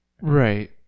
Right